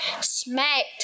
smacked